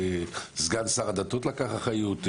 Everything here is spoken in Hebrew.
סגן שר הדתות לקח אחריות,